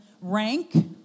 rank